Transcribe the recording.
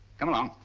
come along.